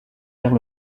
vers